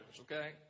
okay